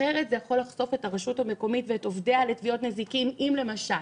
אחרת זה יכול לחשוף את הרשות המקומית ואת עובדיה לתביעות נזיקין אם למשל